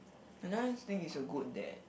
I just think he's a good dad